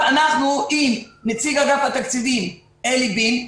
לקראת כניסת השבת הגענו להסכמה עם נציג אגף התקציבים אלי בין,